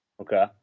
Okay